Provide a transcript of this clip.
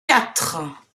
quatre